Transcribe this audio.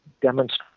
demonstrate